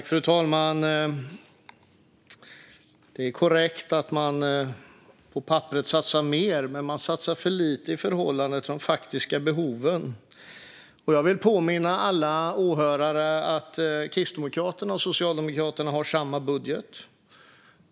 Fru talman! Det är korrekt att man på papperet satsar mer. Men man satsar för lite i förhållande till de faktiska behoven. Jag vill påminna alla åhörare om att Kristdemokraterna och Socialdemokraterna har samma budget.